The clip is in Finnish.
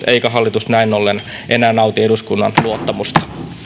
eikä hallitus näin ollen enää nauti eduskunnan luottamusta